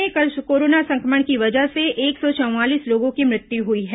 प्रदेश में कल कोरोना संक्रमण की वजह से एक सौ चवालीस लोगों की मृत्यु हुई है